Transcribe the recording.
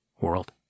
world